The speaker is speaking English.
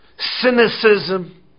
cynicism